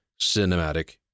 Cinematic